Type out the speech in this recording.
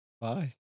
Bye